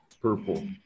purple